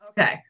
Okay